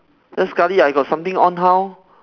then sekali I got something on how